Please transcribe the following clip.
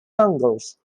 angles